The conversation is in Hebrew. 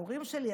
ההורים שלי,